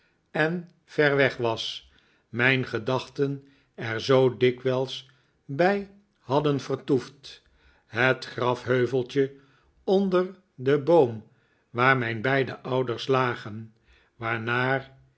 en ver weg was mijn gedachten er zoo dikwijls bij hadden vertoefd het grafheuveltje onder den boom waar mijn beide ouders lagen waarnaar